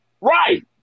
Right